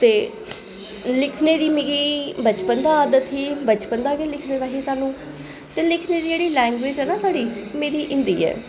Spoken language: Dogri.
ते लिखने दी मिगी बचपन दा आदत ही बचपन दा गै लिखने दा हा स्हान्नूं ते लिखने दी जेह्ड़ी लैंग्वेज ऐ ना साढ़ी मेरी हिंदी ऐ